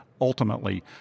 ultimately